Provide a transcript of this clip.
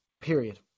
period